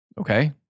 Okay